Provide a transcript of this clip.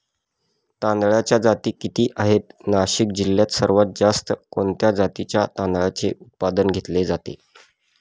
तांदळाच्या जाती किती आहेत, नाशिक जिल्ह्यात सर्वात जास्त कोणत्या जातीच्या तांदळाचे उत्पादन घेतले जाते?